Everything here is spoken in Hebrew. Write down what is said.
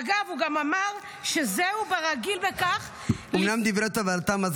אגב, הוא גם אמר: שזהו ברגיל בכך לפי